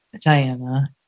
Diana